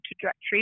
trajectory